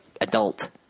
adult